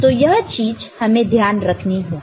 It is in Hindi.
तो यह चीज हमें ध्यान रखनी होगी